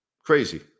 Crazy